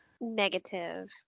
Negative